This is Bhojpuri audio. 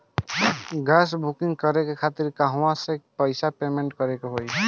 गॅस बूकिंग करे के खातिर कहवा से पैसा पेमेंट करे के होई?